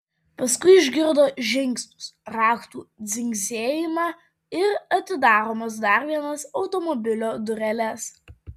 paskui išgirdo žingsnius raktų dzingsėjimą ir atidaromas dar vienas automobilio dureles